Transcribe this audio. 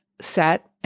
set